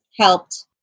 helped